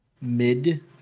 mid